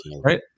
right